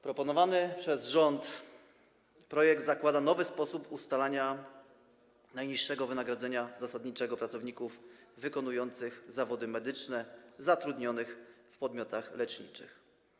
Proponowany przez rząd projekt zakłada nowy sposób ustalania najniższego wynagrodzenia zasadniczego pracowników wykonujących zawody medyczne zatrudnionych w podmiotach leczniczych.